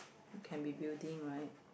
can be building right